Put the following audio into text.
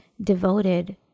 devoted